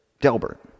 Delbert